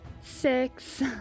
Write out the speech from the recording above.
Six